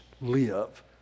live